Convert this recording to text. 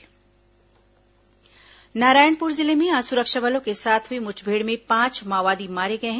माओवादी मुठभेड़ नारायणपुर जिले में आज सुरक्षा बलों के साथ हुई मुठभेड़ में पांच माओवादी मारे गए हैं